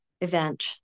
event